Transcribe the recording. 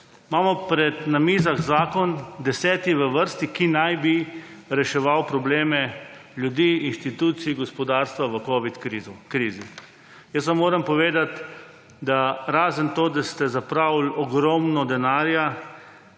Imamo na mizah zakon, deseti v vrsti, ki naj bi reševal probleme ljudi, inštitucij, gospodarstva v Covid krizi. Jaz vam moram povedati, da razen to da ste zapravili ogromno denarja,